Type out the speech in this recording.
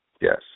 Yes